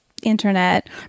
Internet